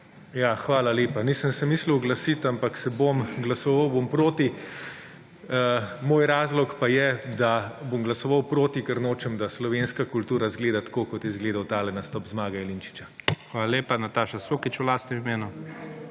Ja, hvala lepa. Nisem se mislil oglasit, ampak se bom. Glasoval bom proti. Moj razlog pa je, da bom glasoval proti, ker nočem, da slovenska kultura izgleda tako, kot je izgledal tale nastop Zmaga Jelinčiča. **PREDSEDNIK IGOR ZORČIČ:** Hvala lepa. Nataša Sukič v lastnem imenu.